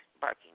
barking